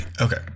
Okay